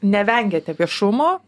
nevengiate viešumo